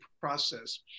process